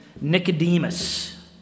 Nicodemus